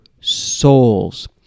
souls